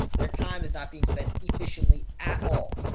their time is not being spent efficiently at all,